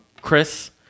Chris